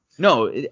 No